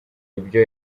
ibyo